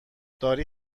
داری